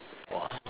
!wah!